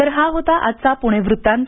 तर हा होता आजचा प्णे वृत्तात